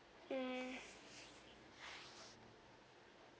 mm